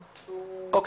איל,